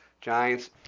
Giants